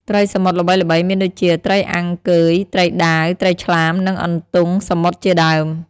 ត្រីសមុទ្រល្បីៗមានដូចជា ត្រីអាំងកឺយ ត្រីដាវ ត្រីឆ្លាម និងអន្ទង់សមុទ្រជាដើម។